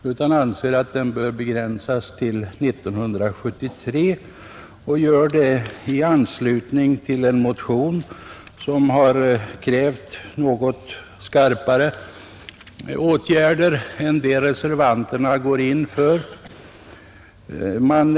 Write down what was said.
De anser att giltigheten bör begränsas till 1973, och de gör det i anslutning till en motion i vilken krävs något skarpare åtgärder än vad reservanterna har föreslagit.